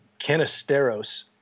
Canisteros